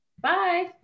Bye